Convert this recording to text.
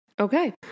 Okay